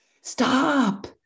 stop